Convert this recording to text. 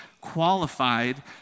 qualified